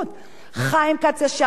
ואנחנו כחברים בוועדה,